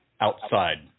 outside